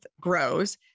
grows